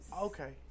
Okay